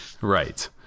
right